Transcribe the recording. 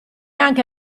anche